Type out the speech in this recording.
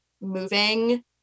moving